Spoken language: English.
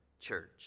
church